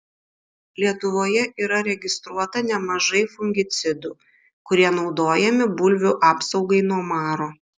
lietuvoje yra registruota nemažai fungicidų kurie naudojami bulvių apsaugai nuo maro